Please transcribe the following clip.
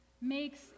makes